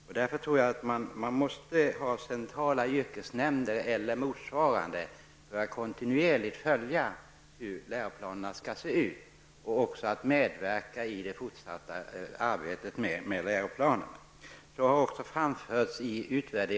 Jag tror av detta skäl att man måste ha centrala yrkesnämnder eller motsvarande för att kontinuerligt följa hur läroplanerna skall se ut och medverka i det fortsatta arbetet med läroplanerna.